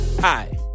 Hi